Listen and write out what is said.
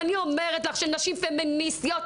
ואני אומרת לך שנשים פמיניסטיות,